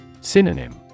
Synonym